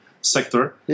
sector